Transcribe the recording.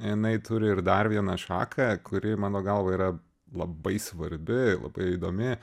jinai turi ir dar vieną šaką kuri mano galva yra labai svarbi labai įdomi